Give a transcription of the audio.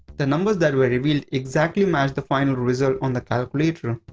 the numbers that were revealed exactly matched the final result on the calculator.